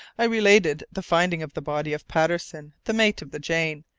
i related the finding of the body of patterson, the mate of the jane,